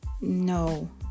No